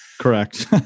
Correct